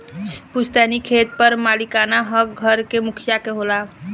पुस्तैनी खेत पर मालिकाना हक घर के मुखिया के होला